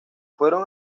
fueron